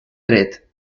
dret